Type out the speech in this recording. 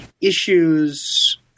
issues –